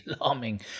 alarming